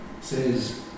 says